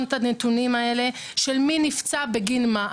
את הנתונים האלה של מי נפצע בגין מה.